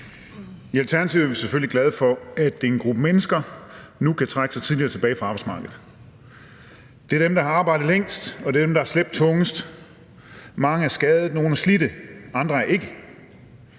I Alternativet er vi selvfølgelig glade for, at en gruppe mennesker nu kan trække sig tidligere tilbage fra arbejdsmarkedet. Det er dem, der har arbejdet længst, og det er dem, der har slæbt tungest. Mange er skadet. Nogle er slidte. Andre er det